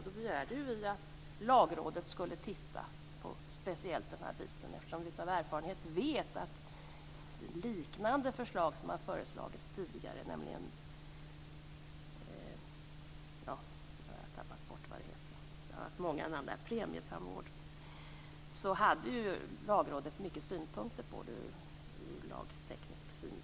Vi begärde att Lagrådet skulle titta närmare på speciellt den här frågan, eftersom vi av erfarenhet vet att Lagrådet har haft många synpunkter ur lagteknisk synvinkel på liknande förslag som har lagts fram tidigare, nämligen om premietandvården.